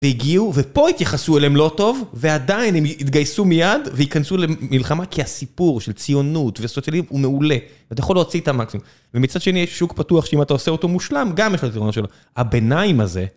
והגיעו ופה התייחסו אליהם לא טוב ועדיין הם יתגייסו מיד וייכנסו למלחמה כי הסיפור של ציונות והסוציאליזם הוא מעולה ואתה יכול להוציא את המקסימום ומצד שני יש שוק פתוח שאם אתה עושה אותו מושלם גם יש לו היתרונות שלו הביניים הזה